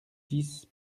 dix